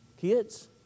Kids